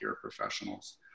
professionals